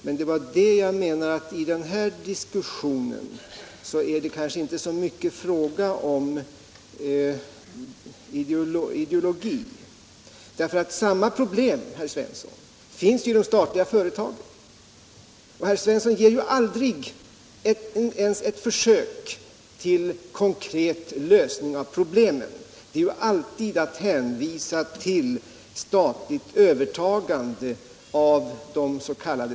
Vad jag menade var att det i den här diskussionen kanske inte är så mycket fråga om ideologi, eftersom samma problem finns inom de statliga företagen. Herr Svensson gör aldrig ens ett försök att föreslå konkreta lösningar på problemen, utan han hänvisar alltid till statligt övertagande av des.k.